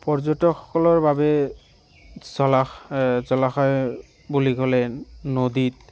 পৰ্যটকসকলৰ বাবে জলা জলাশয় বুলি ক'লে নদীত